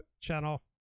channel